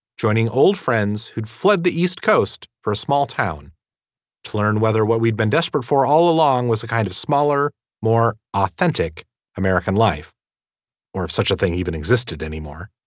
joining old friends who had fled the east coast for a small town to learn whether what we'd been desperate for all along was a kind of smaller more authentic american life or if such a thing even existed anymore.